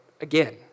again